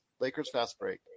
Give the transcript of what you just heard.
LakersFastBreak